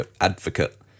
advocate